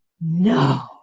no